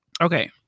Okay